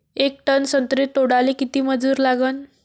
येक टन संत्रे तोडाले किती मजूर लागन?